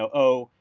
oh,